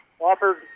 Wofford